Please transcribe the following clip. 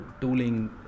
tooling